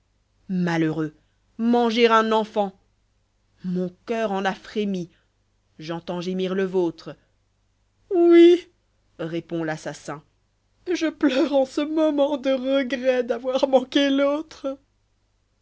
malheureux manger un enfant aïon coeur en a frémi j'entends gémir le vôtre i répond l'assassin je pleure eu ce moment de regret d'avoir manqué l'autre